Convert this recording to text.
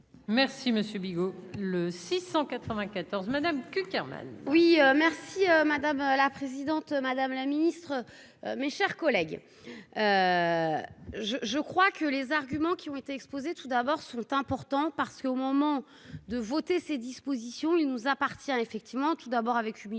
Merci Monsieur Bigot le 694 madame Cukierman. Oui merci madame la présidente, madame la ministre, mes chers collègues. Je je crois que les arguments qui ont été exposés tout d'abord sont importants parce qu'au moment de voter ces dispositions, il nous appartient effectivement. Tout d'abord avec humilité